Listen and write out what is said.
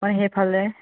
অ সেইফালে